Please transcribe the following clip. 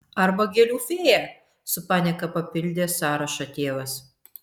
arba gėlių fėja su panieka papildė sąrašą tėvas